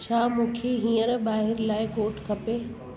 छा मूंखे हींअर ॿाहिरि लाइ कोट खपे